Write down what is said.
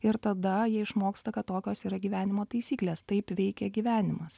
ir tada jie išmoksta kad tokios yra gyvenimo taisyklės taip veikia gyvenimas